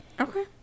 Okay